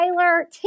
Tyler